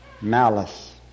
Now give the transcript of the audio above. Malice